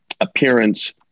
appearance